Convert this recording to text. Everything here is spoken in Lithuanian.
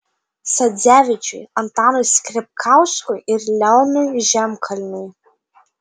sadzevičiui antanui skripkauskui ir leonui žemkalniui